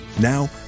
Now